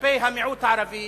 כלפי המיעוט הערבי